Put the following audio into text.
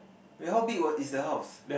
wait how big was is the house